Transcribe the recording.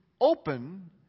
open